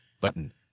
button